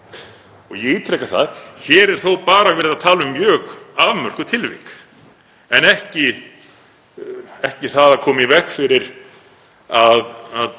Ég ítreka að hér er þó bara verið að tala um mjög afmörkuð tilvik en ekki það að koma í veg fyrir að